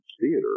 theater